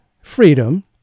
freedom